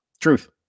truth